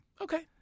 Okay